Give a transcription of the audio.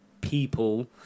people